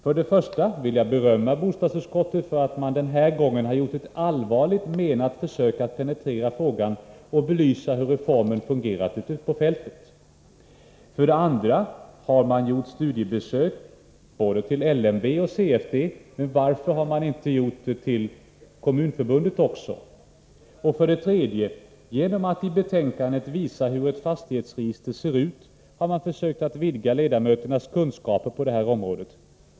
För det första vill jag berömma bostadsutskottet för att man den här gången har gjort ett allvarligt menat försök att penetrera frågan och belysa hur reformen fungerat ute på fältet. För det andra har man gjort studiebesök både vid LMV och CFD, men varför har man inte gjort det också på Kommunförbundet? För det tredje har man, genom att i betänkandet visa hur ett fastighetsre gister ser ut, försökt vidga ledamöternas kunskap på det här området.